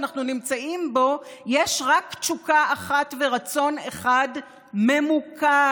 שאנחנו נמצאים בו יש רק תשוקה אחת ורצון אחד ממוקד: